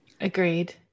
Agreed